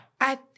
I-